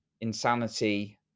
insanity